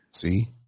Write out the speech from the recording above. See